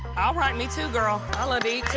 all right, me too, girl.